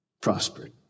prospered